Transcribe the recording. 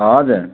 हजुर